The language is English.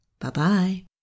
Bye-bye